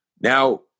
Now